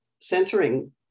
censoring